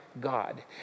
God